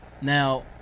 now